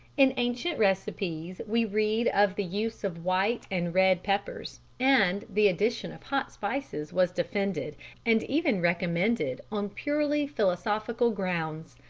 in ancient recipes we read of the use of white and red peppers, and the addition of hot spices was defended and even recommended on purely philosophical grounds.